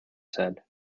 said